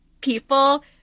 people